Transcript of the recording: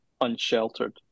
unsheltered